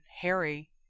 Harry